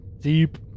deep